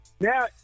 Now